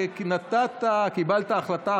וקיבלת החלטה,